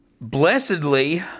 blessedly